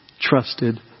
trusted